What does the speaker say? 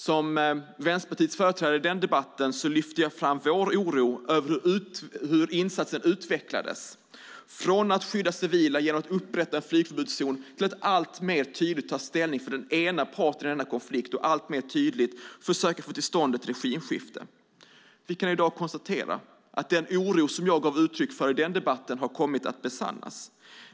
Som Vänsterpartiets företrädare i den debatten lyfte jag fram vår oro över hur insatsen utvecklades från att skydda civila genom att upprätta en flygförbudszon till att alltmer tydligt ta ställning för den ena parten i denna konflikt och alltmer tydligt försöka få till stånd ett regimskifte. Vi kan i dag konstatera att den oro som jag gav uttryck för i den debatten har kommit att besannas.